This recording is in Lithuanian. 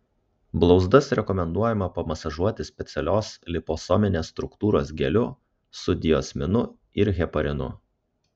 blauzdas rekomenduojama pamasažuoti specialios liposominės struktūros geliu su diosminu ir heparinu